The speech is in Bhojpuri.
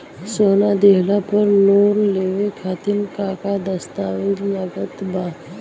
सोना दिहले पर लोन लेवे खातिर का का दस्तावेज लागा ता?